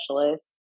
specialist